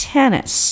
Tennis